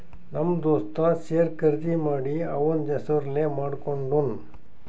ನಮ್ ದೋಸ್ತ ಶೇರ್ ಖರ್ದಿ ಮಾಡಿ ಅವಂದ್ ಹೆಸುರ್ಲೇ ಮಾಡ್ಕೊಂಡುನ್